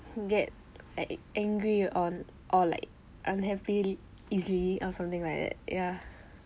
get like angry on or like unhappy easily or something like that ya